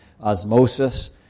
osmosis